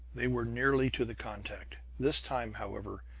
they were nearly to the contact. this time, however,